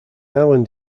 island